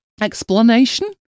Explanation